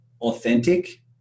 authentic